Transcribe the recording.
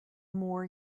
more